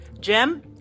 Jim